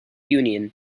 union